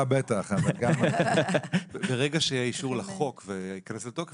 ברגע שיהיה אישור לחוק והוא ייכנס לתוקף,